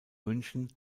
münchen